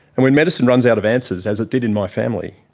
and when medicine runs out of answers, as it did in my family,